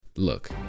Look